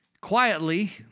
Quietly